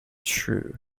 shrew